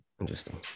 Interesting